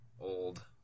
old